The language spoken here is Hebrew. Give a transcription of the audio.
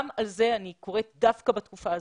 גם על זה אני קוראת דווקא בתקופה הזאת,